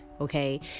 okay